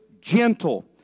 gentle